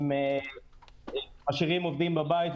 הם משאירים עובדים בבית,